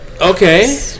Okay